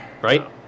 Right